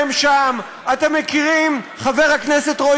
נמנעה כניסתו למדינת ישראל,